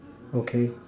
okay